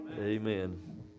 Amen